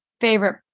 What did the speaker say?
favorite